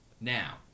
now